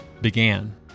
began